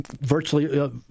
virtually